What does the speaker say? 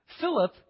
Philip